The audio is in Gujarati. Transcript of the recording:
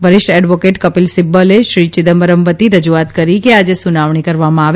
વરિષ્ઠ એડવોકેટ કપીલ સિબ્બલે શ્રી ચિદમ્બરમ વતી રજુઆત કરી કે આજે સુનાવણી કરવામાં આવે